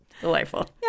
Delightful